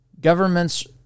government's